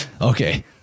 Okay